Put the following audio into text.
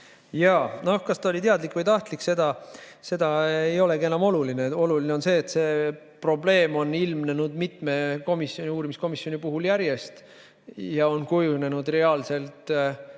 Jaa, noh, kas see oli teadlik või tahtlik, ei olegi enam oluline. Oluline on see, et see probleem on ilmnenud mitme uurimiskomisjoni puhul järjest ja on kujunenud reaalselt